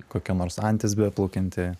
kokia nors antis beplaukianti